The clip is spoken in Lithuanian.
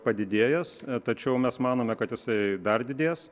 padidėjęs tačiau mes manome kad jisai dar didės